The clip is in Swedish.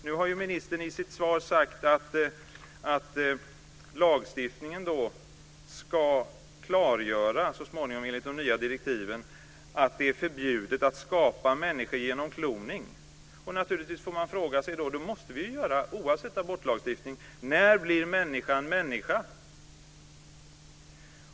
Nu har ministern i sitt svar sagt att lagstiftningen så småningom, enligt de nya direktiven, ska klargöra att det är förbjudet att skapa människor genom kloning. Naturligtvis får man fråga sig då, det måste vi göra oavsett abortlagstiftning, när blir människan människa?